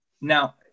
Now